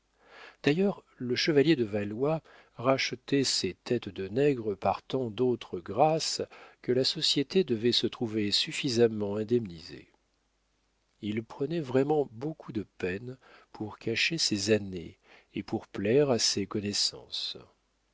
d'ailleurs le chevalier de valois rachetait ses têtes de nègres par tant d'autres grâces que la société devait se trouver suffisamment indemnisée il prenait vraiment beaucoup de peine pour cacher ses années et pour plaire à ses connaissances